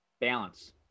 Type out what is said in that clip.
balance